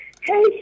Hey